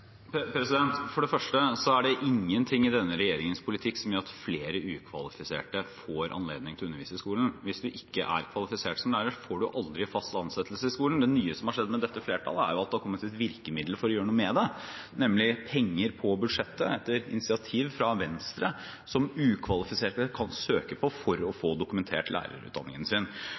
For det første er det ingenting i denne regjeringens politikk som gjør at flere ukvalifiserte får anledning til å undervise i skolen. Hvis man ikke er kvalifisert som lærer, får man aldri fast ansettelse i skolen. Det nye som har skjedd med dette flertallet, er at det er kommet et virkemiddel for å gjøre noe med det, nemlig penger på budsjettet – etter initiativ fra Venstre – som ukvalifiserte kan søke på for å få dokumentert lærerutdanningen sin.